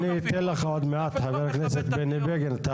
אני אתן לך עוד מעט, חבר הכנסת בני בגין.